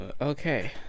Okay